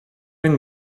and